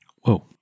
whoa